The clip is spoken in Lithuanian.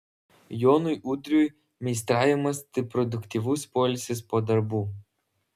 jonui udriui meistravimas tai produktyvus poilsis po darbų